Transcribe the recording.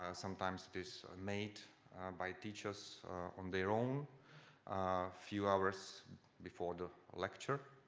ah sometimes it is made by teachers on their own a few hours before the lecture.